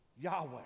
yahweh